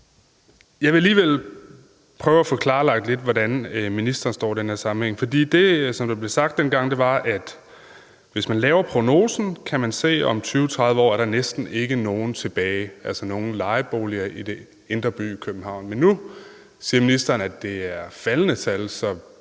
jeg vil alligevel prøve at få klarlagt lidt, hvordan ministeren står i den her sammenhæng, for det, der blev sagt dengang, var, at hvis man laver prognosen, kan man se, at der om 20-30 år næsten ikke er nogen lejeboliger tilbage i den indre by i København. Men nu siger ministeren, at tallet er faldende,